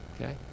okay